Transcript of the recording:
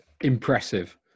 impressive